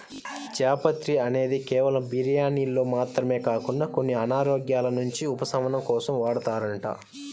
జాపత్రి అనేది కేవలం బిర్యానీల్లో మాత్రమే కాకుండా కొన్ని అనారోగ్యాల నుంచి ఉపశమనం కోసం వాడతారంట